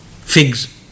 figs